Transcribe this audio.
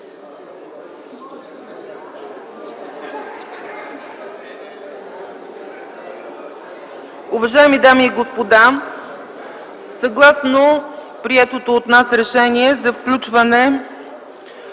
Уважаеми дами и господа, съгласно прието от нас решение за включване